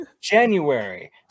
january